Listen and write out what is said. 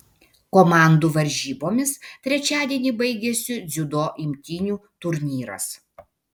komandų varžybomis trečiadienį baigiasi dziudo imtynių turnyras